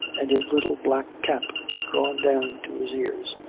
and his little black cap drawn down to his ears.